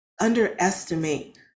underestimate